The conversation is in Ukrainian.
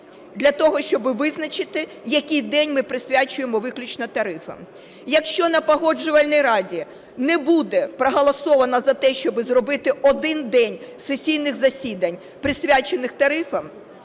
для того, щоб визначити, який день ми присвячуємо виключно тарифам. Якщо на Погоджувальній раді не буде проголосовано за те, щоб зробити один день сесійних засідань, присвячених тарифам,